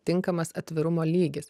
tinkamas atvirumo lygis